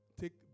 take